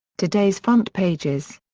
today's front pages.